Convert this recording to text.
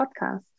podcast